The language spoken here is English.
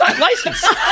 license